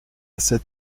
sept